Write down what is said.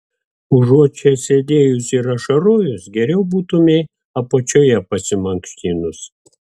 užuot čia sėdėjus ir ašarojus geriau būtumei apačioje pasimankštinus